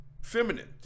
feminine